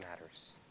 matters